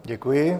Děkuji.